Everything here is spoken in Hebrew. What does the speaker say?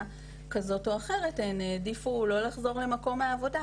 כזאת או אחרת הן החליטו לא לחזור למקום העבודה.